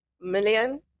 million